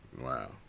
Wow